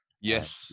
Yes